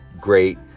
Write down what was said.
great